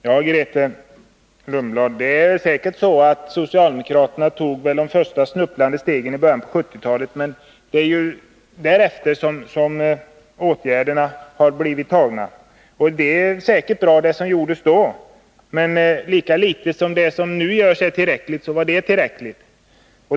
Herr talman! Ja, Grethe Lundblad, socialdemokraterna tog de första snubblande stegen i början av 70-talet, men det är ju därefter som åtgärderna har blivit vidtagna. Det som gjordes till att börja med var säkert bra, men lika litet som det som nu görs är tillräckligt, så var det tillräckligt.